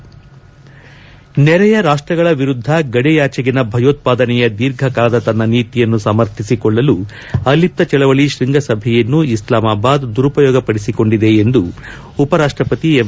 head ನೆರೆಯ ರಾಷ್ಷಗಳ ವಿರುದ್ದ ಗಡಿಯಾಚೆಗಿನ ಭಯೋತ್ವಾದನೆಯ ದೀರ್ಘಕಾಲದ ತನ್ನ ನೀತಿಯನ್ನು ಸಮರ್ಥಿಸಿಕೊಳ್ಳಲು ಅಲಿಪ್ತ ಚಳವಳಿ ಶ್ವಂಗಸಭೆಯನ್ನು ಇಸ್ಲಾಮಾಬಾದ್ ದುರುಪಯೋಗಪಡಿಸಿಕೊಂಡಿದೆ ಎಂದು ಉಪರಾಷ್ಷಪತಿ ಎಂ